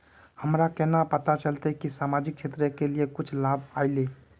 हमरा केना पता चलते की सामाजिक क्षेत्र के लिए कुछ लाभ आयले?